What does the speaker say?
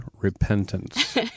Repentance